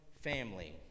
family